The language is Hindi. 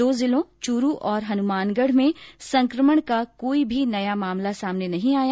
दो जिलों चूरू और हनुमानगढ़ में संकमण का कोई भी नया मामला सामने नहीं आया